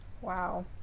wow